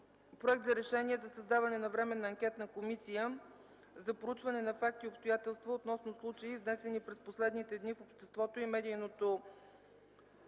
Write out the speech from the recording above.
Проект за решение за създаване на Временна анкетна комисия за проучване на факти и обстоятелства относно случаи, изнесени през последните дни в общественото и медийното